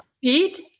feet